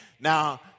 Now